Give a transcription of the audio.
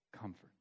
comfort